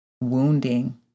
wounding